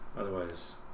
Otherwise